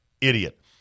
Idiot